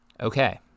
Okay